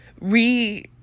re